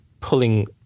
pulling